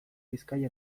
bizkaia